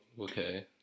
okay